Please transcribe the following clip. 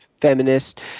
feminist